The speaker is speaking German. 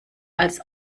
als